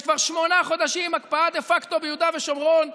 יש כבר שמונה חודשים הקפאה דה פקטו ביהודה ושומרון.